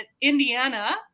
indiana